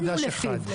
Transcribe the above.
אפילו לא נושא חדש אחד.